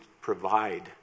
provide